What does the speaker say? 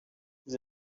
vous